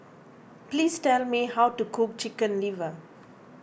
please tell me how to cook Chicken Liver